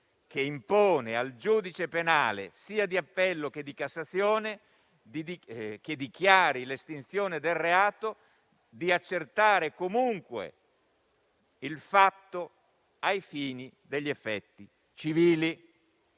che impone al giudice penale sia di appello che di Cassazione che dichiari l'estinzione del reato di accertare comunque il fatto ai fini degli effetti civili.